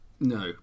No